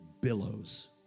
billows